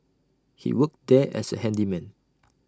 he worked there as A handyman